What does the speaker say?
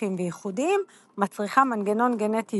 ספציפיים וייחודיים מצריכה מנגנון גנטי